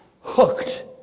hooked